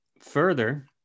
further